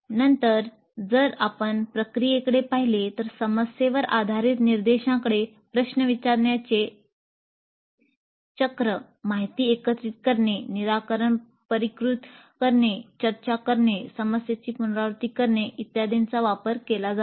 नंतर जर आपण प्रक्रियेकडे पाहिले तर समस्येवर आधारित निर्देशांकडे प्रश्न विचारण्याचे चक्र माहिती एकत्रित करणे निराकरण परिष्कृत करणे चर्चा करणे समस्येची पुनरावृत्ती करणे इत्यादींचा वापर केला जातो